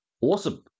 Awesome